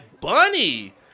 Bunny